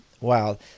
Wow